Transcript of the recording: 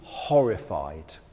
horrified